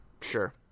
Sure